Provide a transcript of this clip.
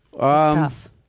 Tough